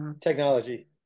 technology